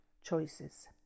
choices